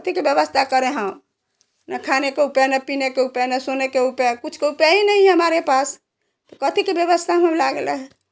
कहाँ के व्यवस्था करें हम ना खाने को उपे ना पानी को उपे ना सोने को उस पर कुछ उपाय ही नहीं है हमारे पास कत्थई के व्यवस्था हमें लगा ले